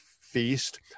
feast